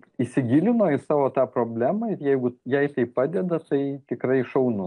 įsigilino į savo tą problemą ir jeigu jai tai padeda tai tikrai šaunu